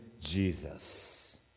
Jesus